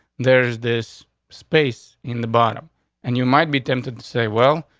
there's this space in the bottom and you might be tempted to say, well,